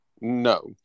No